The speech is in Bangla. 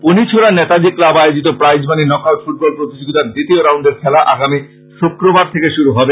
পুনিছড়ার নেতাজী ক্লাব আয়োজিত প্রাইজমানী নক আউট ফুটবল প্রতিযোগীতার দ্বিতীয় রাউন্ডের খেলা আগামী শুক্রবার থেকে শুরু হবে